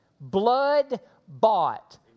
Blood-bought